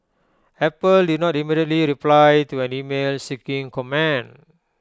Apple did not immediately reply to an email seeking commend